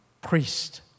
priest